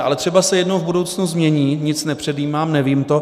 Ale třeba se jednou v budoucnu změní nic nepředjímám, nevím to.